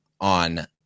on